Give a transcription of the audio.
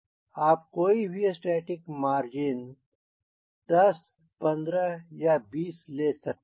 आप कोई भी स्टैटिक मार्जिन 10 15 या 20 ले सकते हैं